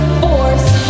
force